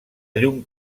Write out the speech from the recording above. llum